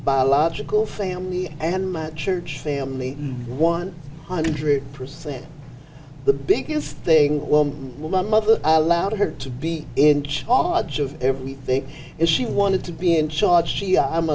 biological family and my church family one hundred percent the biggest thing my mother allowed her to be in charge of everything and she wanted to be in charge she